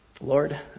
Lord